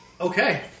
Okay